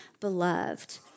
beloved